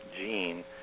gene